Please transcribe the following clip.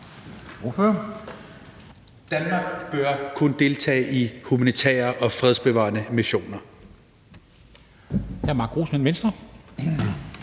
Danmark bør kun deltage i humanitære og fredsbevarende missioner.